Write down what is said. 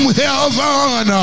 heaven